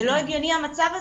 זה לא הגיוני המצב הזה.